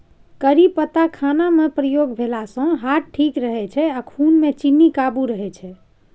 करी पात खानामे प्रयोग भेलासँ हार्ट ठीक रहै छै आ खुनमे चीन्नी काबू रहय छै